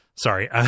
Sorry